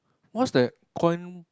what's that quan~